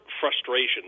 frustration